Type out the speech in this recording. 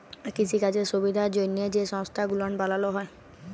কিসিকাজের সুবিধার জ্যনহে যে সংস্থা গুলান বালালো হ্যয়